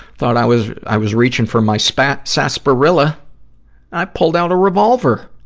thought i was, i was reaching for my spa, sasparilla i pulled out a revolver.